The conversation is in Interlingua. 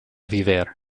viver